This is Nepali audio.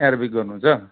एरोबिक गर्नुहुन्छ